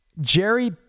Jerry